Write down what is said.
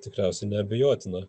tikriausiai neabejotina